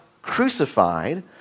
crucified